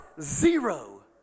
zero